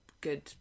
good